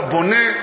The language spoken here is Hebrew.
אתה בונה,